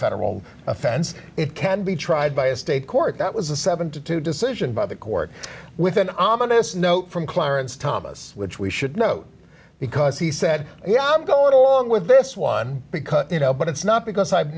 federal offense it can be tried by a state court that was a seven to two decision by the court with an ominous note from clarence thomas which we should note because he said yeah i'm going along with this one because you know but it's not because i